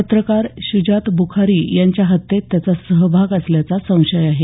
पत्रकार श्रजात ब्रखारी यांच्या हत्येत त्याचा सहभाग असल्याचा संशय आहे